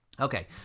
Okay